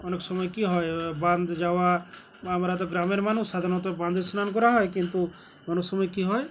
অনেক সময় কী হয় বাঁধ যাওয়া আমরা তো গ্রামের মানুষ সাধারণত বাঁধে স্নান করা হয় কিন্তু অনেক সময় কী হয়